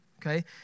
okay